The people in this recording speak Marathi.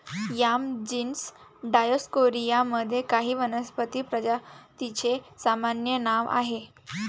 याम जीनस डायओस्कोरिया मध्ये काही वनस्पती प्रजातींचे सामान्य नाव आहे